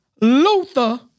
Luther